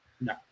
No